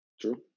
True